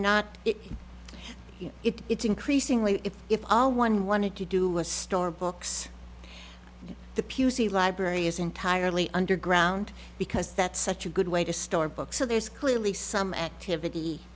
not it it's increasingly if if all one wanted to do was store books the pusey library is entirely underground because that's such a good way to store books so there's clearly some activity